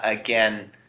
Again